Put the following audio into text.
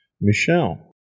Michelle